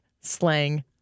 slang